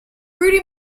rudy